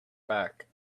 back